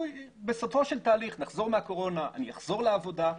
בסופו של תהליך נחזור מהקורונה ואני אחזור לעבודה,